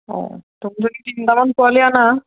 অঁ তুমি যদি তিনিটামান পোৱালি অনা